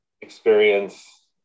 experience